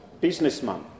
Businessman